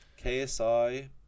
KSI